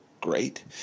great